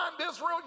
Israel